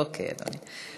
אוקיי, אדוני.